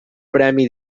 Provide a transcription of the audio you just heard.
premi